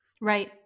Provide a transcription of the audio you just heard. right